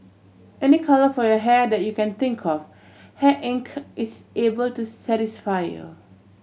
any colour for your hair that you can think of Hair Inc is able to satisfy you